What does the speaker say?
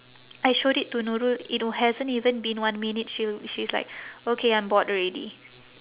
I showed it to nurul it hasn't even been one minute she'll she's like okay I'm bored already